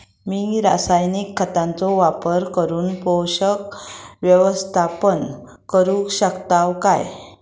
मी रासायनिक खतांचो वापर करून पोषक व्यवस्थापन करू शकताव काय?